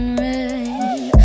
rain